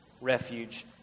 refuge